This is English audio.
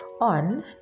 on